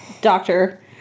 doctor